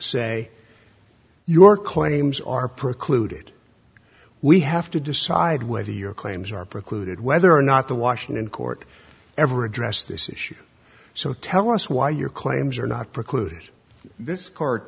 say your claims are precluded we have to decide whether your claims are precluded whether or not the washington court ever addressed this issue so tell us why your claims are not precluded this court